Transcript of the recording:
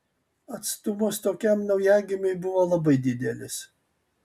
atstumas tokiam naujagimiui buvo labai didelis